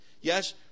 Yes